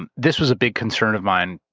and this was a big concern of mine.